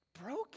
broken